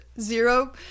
zero